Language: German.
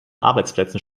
arbeitsplätzen